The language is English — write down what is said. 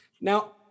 Now